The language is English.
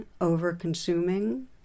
over-consuming